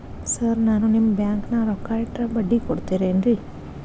Sir ನಾನು ನಿಮ್ಮ ಬ್ಯಾಂಕನಾಗ ರೊಕ್ಕ ಇಟ್ಟರ ಬಡ್ಡಿ ಕೊಡತೇರೇನ್ರಿ?